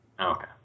Okay